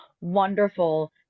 wonderful